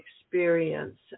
experience